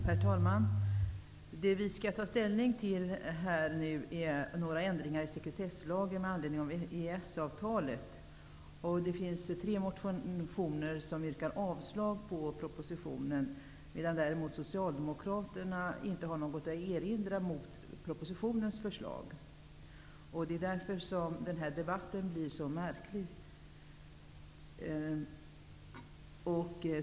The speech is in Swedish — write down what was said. Herr talman! Vi skall nu ta ställning till några ändringar i sekretesslagen med anledning av EES avtalet. Det finns tre motioner i vilka man yrkar avslag på propositionens förslag, medan Socialdemokraterna inte har något att erinra mot dessa förslag. Det är därför som den här debatten blir så märklig.